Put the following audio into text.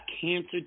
cancer